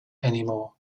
anymore